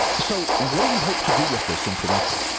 so what do we hope to do with this information,